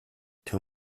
too